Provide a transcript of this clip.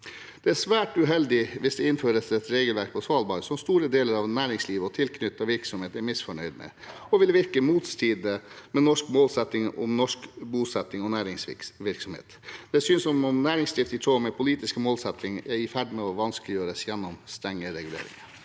Det er svært uheldig hvis det innføres et regelverk på Svalbard som store deler av næringslivet og tilknyttet virksomhet er misfornøyd med, og som vil virke i motstrid med norsk målsetting om norsk bosetting og næringsvirksomhet. Det kan synes som om næringsdrift i tråd med politiske målsettinger er i ferd med å vanskeliggjøres gjennom strenge reguleringer.